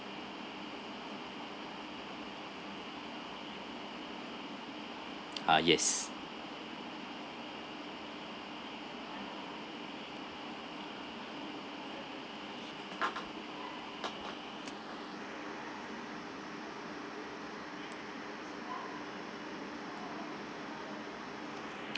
ah yes